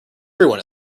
everyone